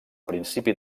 principi